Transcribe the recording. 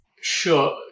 Sure